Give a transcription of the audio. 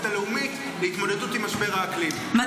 הלאומית להתמודדות עם משבר האקלים.